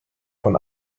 von